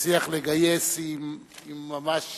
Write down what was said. הצליח לגייס היא ממש